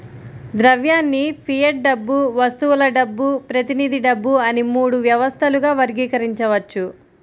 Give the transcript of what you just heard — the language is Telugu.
ద్రవ్యాన్ని ఫియట్ డబ్బు, వస్తువుల డబ్బు, ప్రతినిధి డబ్బు అని మూడు వ్యవస్థలుగా వర్గీకరించవచ్చు